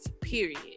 period